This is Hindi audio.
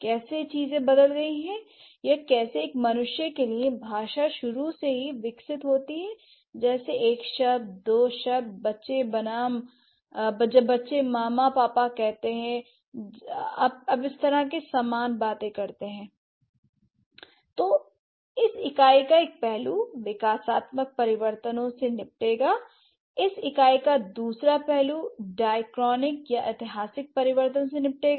कैसे चीजें बदल गई हैं या कैसे एक मनुष्य के लिए भाषा शुरू से ही विकसित होती है जैसे एक शब्द दो शब्द जब बच्चे मामा पापा कहते हैं अब इस तरह की समान बातें करते हैं l तो इस इकाई का एक पहलू विकासात्मक परिवर्तनों से निपटेगा इस इकाई का दूसरा पहलू दिआक्रांत या ऐतिहासिक परिवर्तनों से निपटेगा